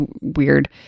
weird